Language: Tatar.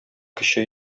кече